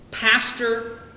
Pastor